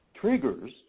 triggers